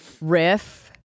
riff